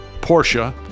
Porsche